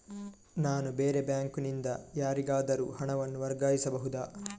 ನಾನು ಬೇರೆ ಬ್ಯಾಂಕ್ ನಿಂದ ಯಾರಿಗಾದರೂ ಹಣವನ್ನು ವರ್ಗಾಯಿಸಬಹುದ?